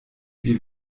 wir